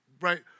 right